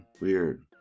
Weird